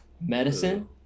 Medicine